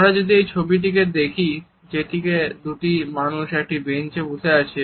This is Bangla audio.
আমরা যদি এই ছবিটিকে দেখি যেটিতে দুটি মানুষ একটি বেঞ্চে বসে আছে